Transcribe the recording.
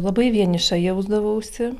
labai vieniša jausdavausi